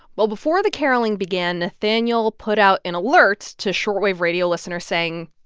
well, before the caroling began, nathaniel put out an alert to shortwave radio listeners saying,